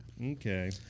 Okay